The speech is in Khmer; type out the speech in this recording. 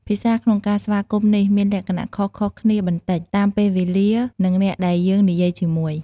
ភាសាក្នុងការស្វាគមន៍នេះ មានលក្ខណៈខុសៗគ្នាបន្តិច តាមពេលវេលា និងអ្នកដែលយើងនិយាយជាមួយ។